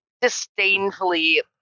disdainfully